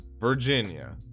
Virginia